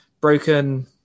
broken